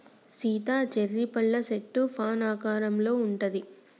Sita cherry పళ్ళ సెట్టు fan ఆకారంలో ఉంటది